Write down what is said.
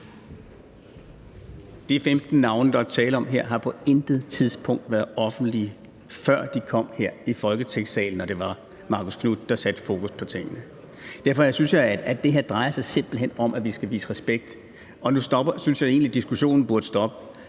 De 15 navne, der er tale om her, har på intet tidspunkt været offentlige, før de kom her i Folketingssalen og Marcus Knuth satte fokus på tingene. Det her drejer sig simpelt hen om, at vi skal vise respekt. Og nu synes jeg egentlig diskussionen burde stoppe.